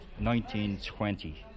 1920